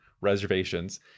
reservations